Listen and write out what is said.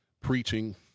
preaching